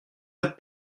être